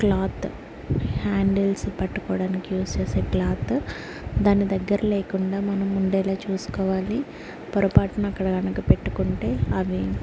cloth handles పట్టుకోడానికి use చేసే cloth దాని దగ్గర లేకుండా మనం ఉండేలా చూసుకోవాలి పొరపాటున అక్కడ కనుక పెట్టుకుంటే అవి